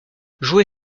jouer